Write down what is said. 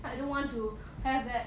I don't want to have that